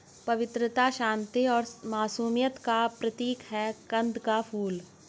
पवित्रता, शांति और मासूमियत का प्रतीक है कंद का फूल